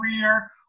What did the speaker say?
career